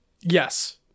Yes